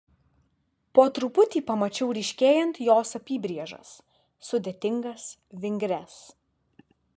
po truputį pamačiau ryškėjant jos apybrėžas sudėtingas vingrias